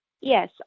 yes